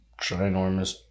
ginormous